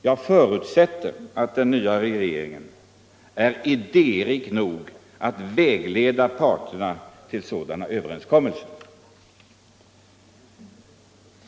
Jag förutsätter att den nya regeringen är idérik nog att vägleda parterna till sådana överenskommelser.